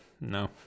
no